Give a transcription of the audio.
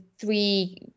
three